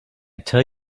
tell